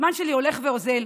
הזמן שלי הולך ואוזל,